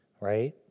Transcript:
right